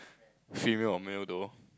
female or male though